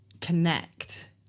connect